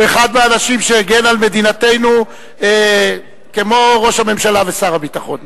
הוא אחד האנשים שהגנו על מדינתנו כמו ראש הממשלה ושר הביטחון.